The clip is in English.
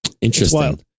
Interesting